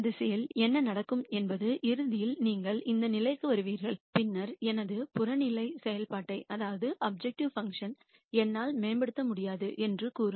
என்ன நடக்கும் என்பது இறுதியில் நீங்கள் இந்த நிலைக்கு வருவீர்கள் பின்னர் எனது புறநிலை செயல்பாட்டை என்னால் மேம்படுத்த முடியாது என்று கூறுங்கள்